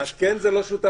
לעדכן זה לא שותף לניסוח.